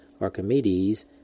Archimedes